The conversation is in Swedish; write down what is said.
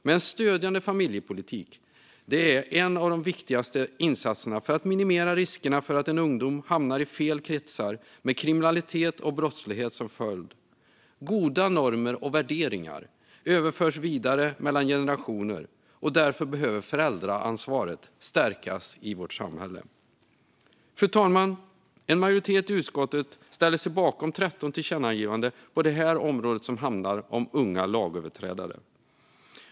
Men en stödjande familjepolitik är en av de viktigaste insatserna för att minimera riskerna för att en ungdom hamnar i fel kretsar med kriminalitet och brottslighet som följd. Goda normer och värderingar överförs vidare mellan generationer, och därför behöver föräldraansvaret stärkas i vårt samhälle. Fru talman! En majoritet i utskottet ställer sig bakom förslag till 13 tillkännagivanden på området som handlar om unga lagöverträdare.